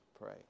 Pray